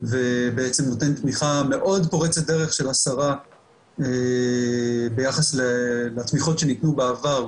ובעצם נותן תמיכה מאוד פורצת דרך של השרה ביחס לתמיכות שנתנו בעבר,